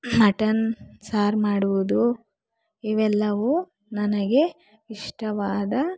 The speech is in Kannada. ಮಟನ್ ಸಾರ್ ಮಾಡುವುದು ಇವೆಲ್ಲವೂ ನನಗೆ ಇಷ್ಟವಾದ